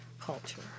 culture